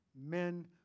men